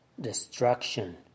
destruction